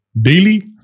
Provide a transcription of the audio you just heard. daily